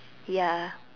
ya